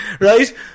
Right